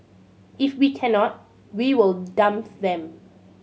if we cannot we will dump them